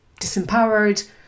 disempowered